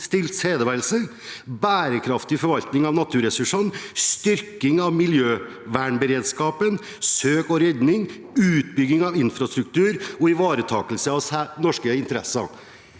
tilstedeværelse, bærekraftig forvaltning av naturressursene, styrking av miljøvernberedskapen, søk- og redning, utbyggingen av infrastruktur og ivaretakelse av norske interesser.»